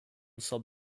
sub